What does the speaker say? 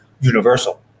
universal